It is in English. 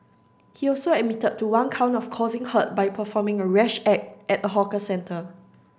he also admitted to one count of causing hurt by performing a rash act at a hawker centre